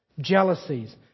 jealousies